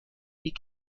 die